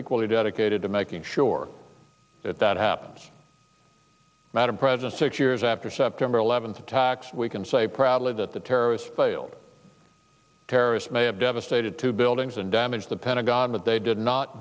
equally dedicated to making sure that happens madame president six years after september eleventh attacks we can say proudly that the terrorists failed terrorists may have devastated two buildings and damaged the pentagon but they did not